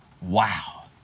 Wow